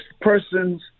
persons